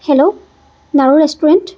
hello নাৰু restaurant